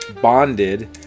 bonded